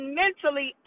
mentally